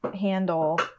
handle